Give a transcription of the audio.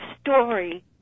story